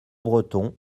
breton